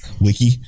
Wiki